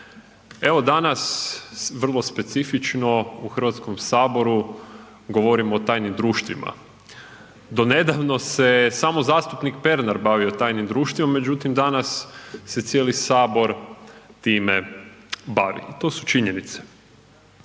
Evo danas vrlo specifično u Hrvatskom saboru govorimo o tajnim društvima. Do nedavno se samo zastupnik Pernar bavio tajnim društvima. Međutim, danas se cijeli Sabor time bavi i to su činjenice.